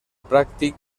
pràctic